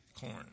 corn